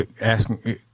asking